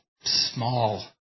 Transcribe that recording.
small